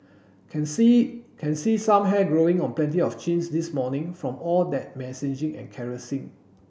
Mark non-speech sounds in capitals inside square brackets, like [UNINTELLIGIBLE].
can see can see some hair growing on plenty of chins this morning from all that [UNINTELLIGIBLE] and caressing